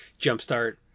jumpstart